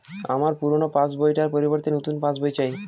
আমার পুরানো পাশ বই টার পরিবর্তে নতুন পাশ বই চাই